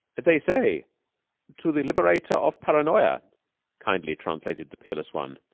they say to the liberator of paranoya kindly translated the peerless one.